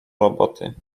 roboty